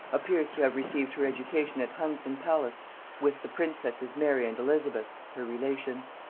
appears to have received her education at hunsdon palace with the princesses mary and elizabeth her relations.